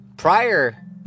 Prior